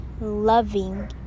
loving